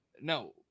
no